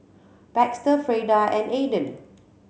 Baxter Freda and Aaden